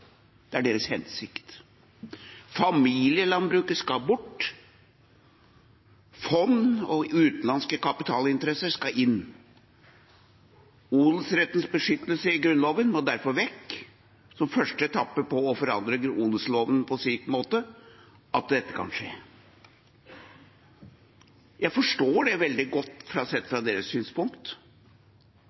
det er deres hensikt. Familielandbruket skal bort. Fond og utenlandske kapitalinteresser skal inn. Odelsrettens beskyttelse i Grunnloven må derfor vekk som første etappe på å forandre odelsloven på en måte slik at dette kan skje. Jeg forstår det veldig godt sett fra deres synspunkt.